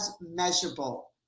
measurable